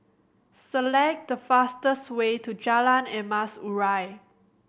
select the fastest way to Jalan Emas Urai